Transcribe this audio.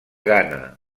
ghana